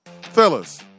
Fellas